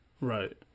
Right